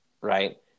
right